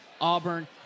Auburn